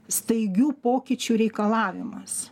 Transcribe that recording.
staigių pokyčių reikalavimas